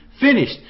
Finished